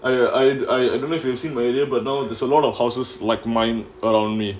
I I don't know if you seen my area but now there's a lot of houses like mine around me